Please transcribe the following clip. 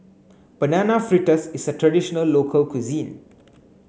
banana fritters is a traditional local cuisine